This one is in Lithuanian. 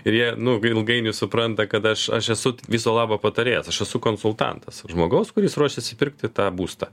ir jie nu ilgainiui supranta kad aš aš esu viso labo patarėjas aš esu konsultantas žmogaus kuris ruošiasi pirkti tą būstą